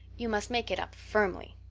you must make it up firmly.